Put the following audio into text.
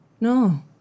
no